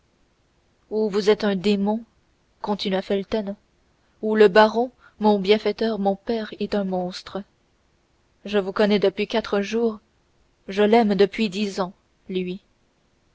ou vous êtes un démon continua felton ou le baron mon bienfaiteur mon père est un monstre je vous connais depuis quatre jours je l'aime depuis dix ans lui